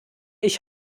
ich